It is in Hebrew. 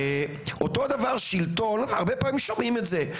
אותו דבר שילטון והרבה פעמים שומעים את זה,